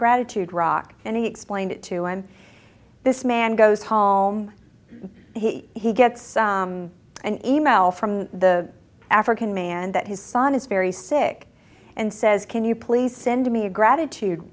gratitude rock and he explained it to him this man goes home he gets an e mail from the african man that his son is very sick and says can you please send me a gratitude